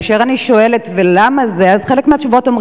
כאשר אני שואלת למה זה, אז חלק מהתשובות הן: